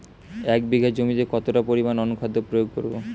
এক বিঘা জমিতে কতটা পরিমাণ অনুখাদ্য প্রয়োগ করব?